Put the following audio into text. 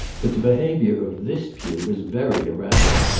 but the behavior of this pew was very erratic.